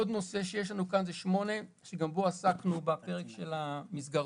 עוד נושא שיש לנו כאן שגם בו עסקנו בפרק של המסגרות,